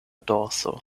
dorso